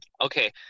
Okay